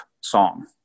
song